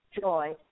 joy